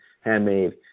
handmade